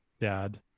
dad